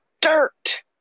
dirt